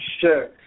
Sure